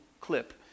clip